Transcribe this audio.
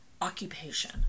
occupation